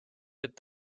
that